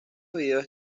videos